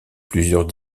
plusieurs